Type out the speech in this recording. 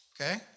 okay